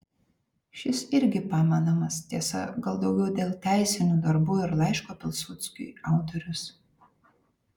šis irgi pamenamas tiesa gal daugiau dėl teisinių darbų ir laiško pilsudskiui autorius